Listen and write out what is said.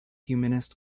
humanist